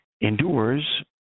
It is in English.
endures